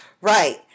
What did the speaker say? Right